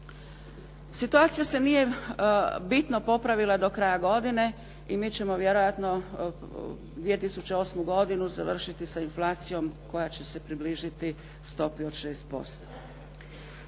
Situacija se nije bitno popravila do kraja godine i mi ćemo vjerojatno 2008. godinu završiti sa inflacijom koja će se približiti stopi od 6%.